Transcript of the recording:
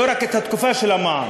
לא רק את התקופה של המע"מ.